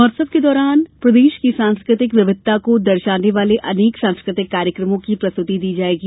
महोत्सव के दौरान प्रदेश की सांस्कृतिक विविधता को दर्शाने वाले अनेक सांस्कृतिक कार्यक्रमों की प्रस्तृति दी जाएगी